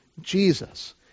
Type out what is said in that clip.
Jesus